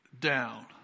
down